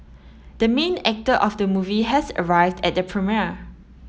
the main actor of the movie has arrived at the premiere